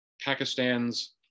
Pakistan's